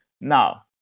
Now